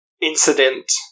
incident